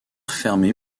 fermé